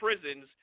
prisons